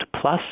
plus